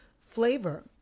flavor